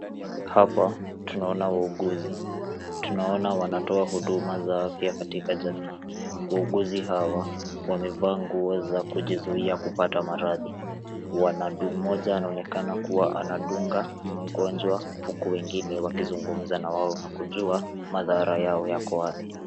Hapa tunaona wauguzi, tunaona wanatoa huduma safi katika jamii, wauguzi hawa wamevaa nguo za kujizuia kupata maradhi, wanadu moja anaonekana kua anadunga mgonjwa huku wengine wakizungumza na wao na kujua madhara yao yako wapi.